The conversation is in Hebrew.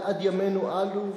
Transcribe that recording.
ועד ימינו אנו,